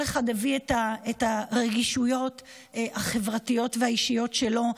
כל אחד הביא את הרגישויות החברתיות והאישיות שלו: